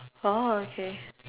orh okay